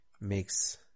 makes